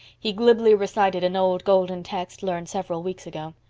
he glibly recited an old golden text learned several weeks ago.